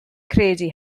credu